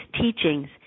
teachings